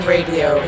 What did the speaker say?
Radio